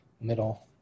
middle